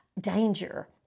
danger